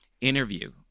interview